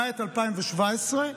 למעט 2017,